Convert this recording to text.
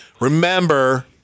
Remember